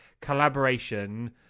collaboration